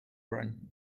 run